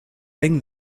thing